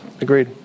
agreed